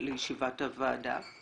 לישיבת הוועדה.